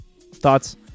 thoughts